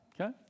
Okay